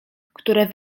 które